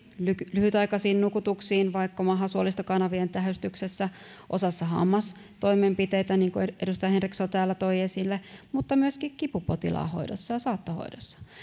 lyhytaikaisiin nukutuksiin vaikka mahasuolistokanavien tähystyksessä osassa hammastoimenpiteitä niin kuin edustaja henriksson täällä toi esille mutta myöskin kipupotilaan hoidossa ja saattohoidossa